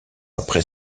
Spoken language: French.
après